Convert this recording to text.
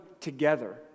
together